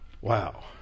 wow